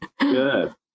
Good